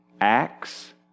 acts